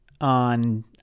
On